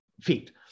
feet